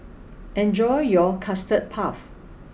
enjoy your Custard puff